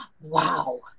wow